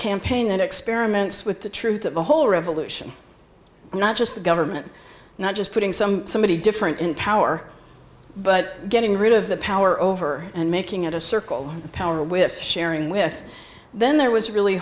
campaign and experiments with the truth of a whole revolution not just the government not just putting some somebody different in power but getting rid of the power over and making it a circle of power with sharing with then there was really